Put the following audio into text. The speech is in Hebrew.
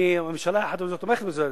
הממשלה תומכת בזה,